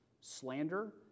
slander